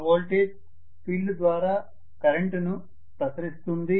ఆ voltage field ద్వారా కరెంటును ప్రసరిస్తుంది